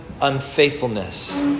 unfaithfulness